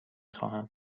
خواهم